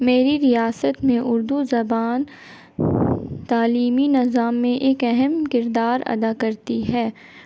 میری ریاست میں اردو زبان تعلیمی نظام میں ایک اہم کردار ادا کرتی ہے